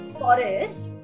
forest